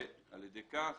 ועל ידי כך